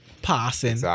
Passing